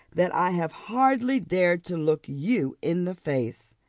that i have hardly dared to look you in the face.